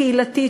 קהילתית,